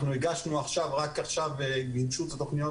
רק עכשיו מימשו את התכניות